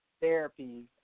therapy